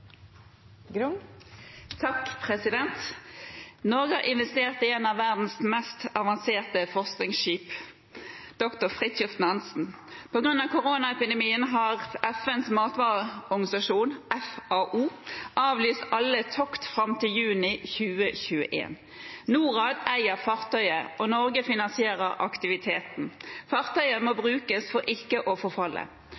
har investert i et av verdens mest avanserte forskningsskip, «Dr. Fridtjof Nansen». På grunn av koronapandemien har FNs matvareorganisasjon avlyst alle tokt frem til juni 2021. Norad eier fartøyet, og Norge finansierer aktiviteten. Fartøyet må